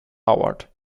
howard